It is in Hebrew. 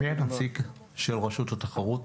מי הנציג של רשות התחרות?